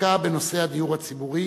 דווקא בנושא הדיור הציבורי